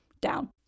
down